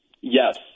Yes